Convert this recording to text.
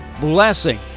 blessing